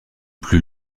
plus